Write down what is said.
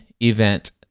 event